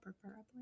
preferably